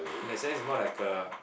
in a sense more like a